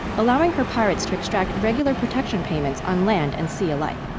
allowing her pirates to extract regular protection payments on land and sea alike.